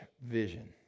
vision